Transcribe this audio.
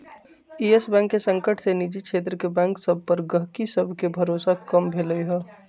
इयस bank के संकट से निजी क्षेत्र के बैंक सभ पर गहकी सभके भरोसा कम भेलइ ह